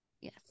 yes